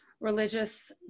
religious